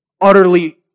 Utterly